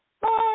Bye